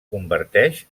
converteix